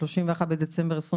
31 בדצמבר 2024,